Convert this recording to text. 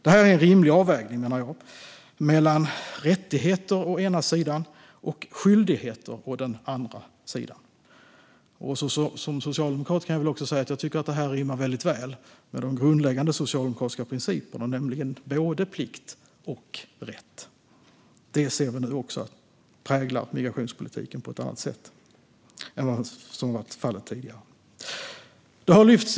Det här är en rimlig avvägning mellan rättigheter å ena sidan och skyldigheter å andra sidan. Som socialdemokrat kan jag väl också säga att jag tycker att det här rimmar väldigt väl med de grundläggande socialdemokratiska principerna, nämligen både plikt och rätt. Det ser vi nu också präglar migrationspolitiken på ett annat sätt än vad som varit fallet tidigare.